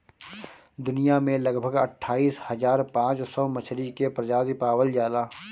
दुनिया में लगभग अट्ठाईस हज़ार पाँच सौ मछरी के प्रजाति पावल जाला